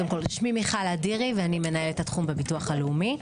שמי מיכל אדירי ואני מנהלת התחום בביטוח הלאומי.